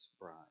bride